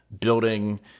building